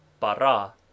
para